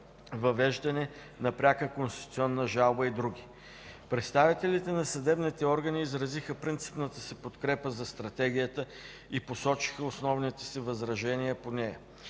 въвеждане на пряка конституционна жалба и други. Представителите на съдебните органи изразиха принципната си подкрепа за Стратегията и посочиха основните си възражения по нея.